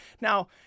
Now